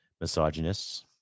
misogynists